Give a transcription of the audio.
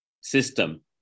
system